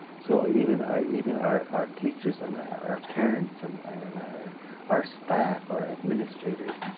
so even ah even our our teachers, and our parents, and our our staff, our administrators,